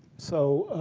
so